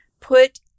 Put